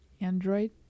android